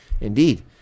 Indeed